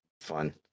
fun